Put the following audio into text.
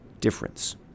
difference